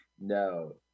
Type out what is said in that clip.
no